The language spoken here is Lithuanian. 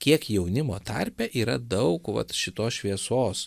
kiek jaunimo tarpe yra daug vat šitos šviesos